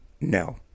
No